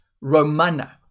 Romana